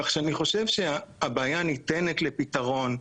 כך שאני חושב שהבעיה ניתנת לפתרון,